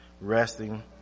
resting